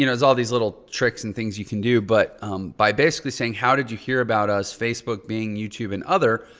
you know, there's all these little tricks and things you can do but by basically saying how did you hear about us, facebook, bing, youtube and other.